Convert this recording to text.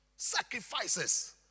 Sacrifices